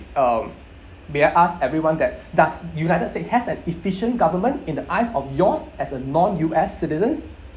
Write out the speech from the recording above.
um may I ask everyone that does united state has an efficient government in the eyes of yours as a non U_S citizens